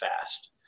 fast